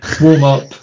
warm-up